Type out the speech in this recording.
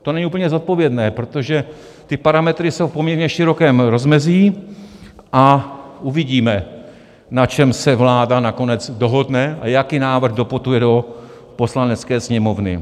To není úplně zodpovědné, protože parametry jsou v poměrně širokém rozmezí a uvidíme, na čem se vláda nakonec dohodne a jaký návrh doputuje do Poslanecké sněmovny.